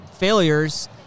failures